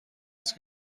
است